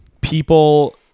people